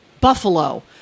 buffalo